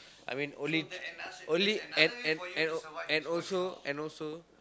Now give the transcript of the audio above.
I mean only only and and and and also and also